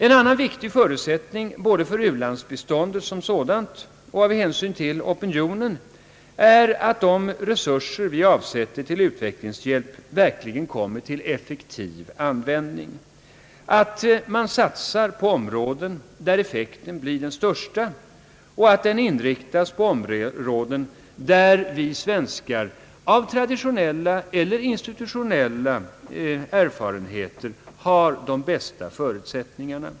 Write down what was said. En annan viktig förutsättning — både för u-landsbiståndet som sådant och av hänsyn till opinionen — är att de resurser vi avsätter till utvecklingshjälp verkligen kommer till en effektiv användning, att man satsar på områden där effekten blir den största och att hjälpen inriktas på områden där vi svenskar av traditionell eller institutionell erfarenhet har de bästa förutsättningarna.